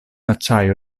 acciaio